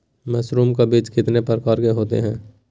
Mushroom का बीज कितने प्रकार के होते है?